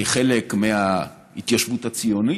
כחלק מההתיישבות הציונית,